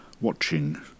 watching